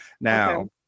Now